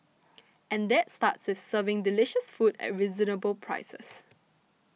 and that starts with serving delicious food at reasonable prices